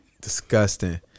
Disgusting